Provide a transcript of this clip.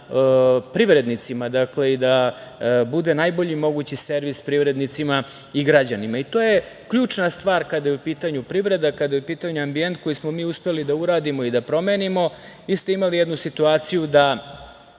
privrednicima. Dakle, da bude najbolji mogući servis privrednicima i građanima. I to je ključna stvar kada je u pitanju privreda, kada je u pitanju ambijent koji smo mi uspeli da uradimo i da promenimo. Vi ste imali jednu situaciju da